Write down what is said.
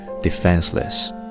defenseless